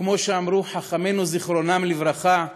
וכמו שאמרנו חכמינו זיכרונם לברכה: